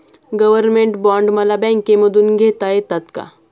Government bond मला बँकेमधून घेता येतात का?